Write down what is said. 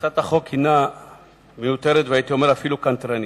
הצעת החוק היא מיותרת, והייתי אומר אפילו קנטרנית.